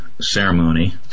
ceremony